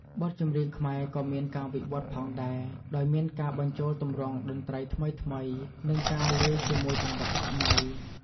បទចម្រៀងខ្មែរក៏មានការវិវត្តន៍ផងដែរ ដោយមានការបញ្ចូលទម្រង់តន្ត្រីថ្មីៗ និងលាយជាមួយចង្វាក់សម័យ។